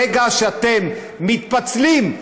ברגע שאתם מתפצלים,